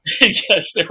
Yes